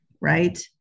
right